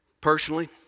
Personally